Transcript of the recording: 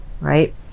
right